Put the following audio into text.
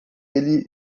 ele